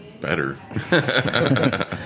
better